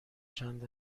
چند